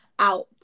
out